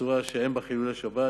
בצורה שאין בה חילול שבת.